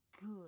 good